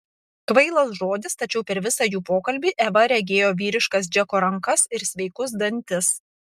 kvailas žodis tačiau per visą jų pokalbį eva regėjo vyriškas džeko rankas ir sveikus dantis